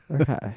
Okay